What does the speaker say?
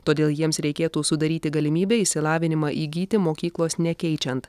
todėl jiems reikėtų sudaryti galimybę išsilavinimą įgyti mokyklos nekeičiant